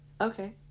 okay